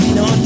no